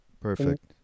Perfect